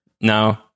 no